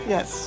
Yes